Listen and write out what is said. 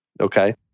okay